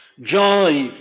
joy